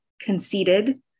conceded